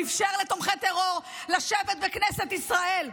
שאפשר לתומכי טרור לשבת בכנסת ישראל,